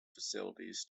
facilities